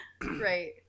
Right